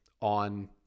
on